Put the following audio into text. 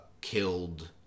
killed